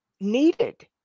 needed